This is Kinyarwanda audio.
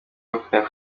wakoreye